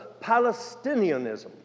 Palestinianism